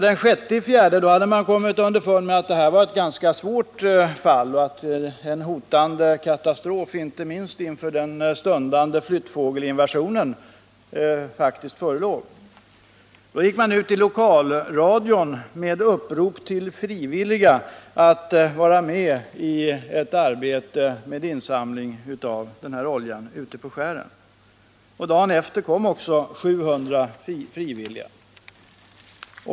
Den 6 april hade man kommit underfund med att det här var ett ganska svårt fall och att en katastrof hotade, inte minst inför den stundande flyttfågelsinvasionen. Då gick man ut i lokalradion med upprop till frivilliga att vara med i ett arbete med insamling av oljan ute på skären, och dagen efter kom också 700 frivilliga.